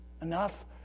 enough